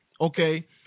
okay